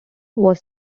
was